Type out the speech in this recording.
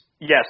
Yes